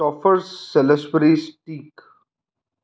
Stouffer's ਸਿਲਸਪ੍ਰੇਸ਼ ਸਟੀਕ